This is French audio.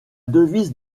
devise